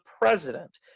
president